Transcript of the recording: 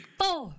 four